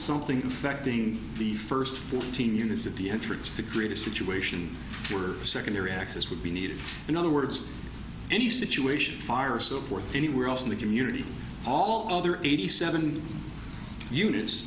something infecting the first fourteen units of the entrance to create a situation where secondary access would be needed in other words any situation fire or so forth anywhere else in the community all their eighty seven units